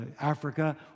Africa